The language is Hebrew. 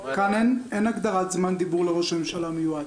כאן אין הגדרת זמן דיבור לראש הממשלה המיועד.